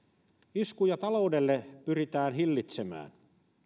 iskuja taloudelle pyritään hillitsemään